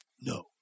No